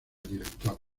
director